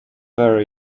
wear